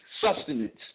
sustenance